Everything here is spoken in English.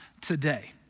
today